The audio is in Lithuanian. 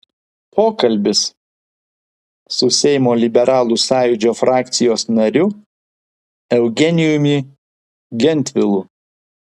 pokalbis su seimo liberalų sąjūdžio frakcijos nariu eugenijumi gentvilu